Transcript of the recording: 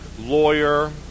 lawyer